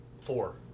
Four